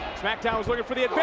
smackdown was looking for the